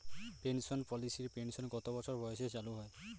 Pension পলিসির pension কত বছর বয়সে চালু হয়?